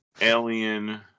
Alien